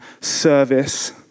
service